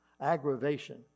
aggravation